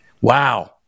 wow